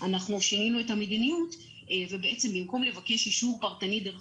שינינו את המדיניות ובמקום לבקש אישור פרטני דרך